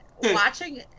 watching